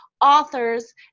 authors